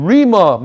Rima